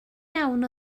iawn